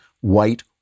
white